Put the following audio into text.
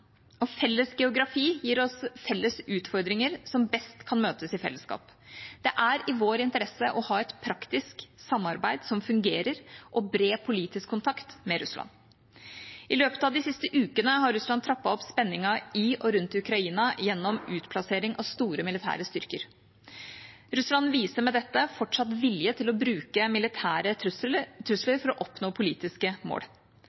Felles geografi gir oss felles utfordringer som best kan møtes i fellesskap. Det er i vår interesse å ha et praktisk samarbeid som fungerer, og bred politisk kontakt med Russland. I løpet av de siste ukene har Russland trappet opp spenningen i og rundt Ukraina gjennom utplassering av store militære styrker. Russland viser med dette fortsatt vilje til å bruke militære trusler for å oppnå politiske mål.